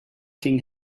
king